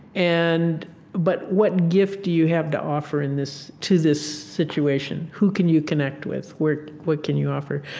and but what gift do you have to offer in this to this situation? who can you connect with? where what can you offer?